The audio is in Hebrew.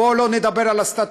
בוא לא נדבר על הסטטוס-קוו,